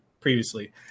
previously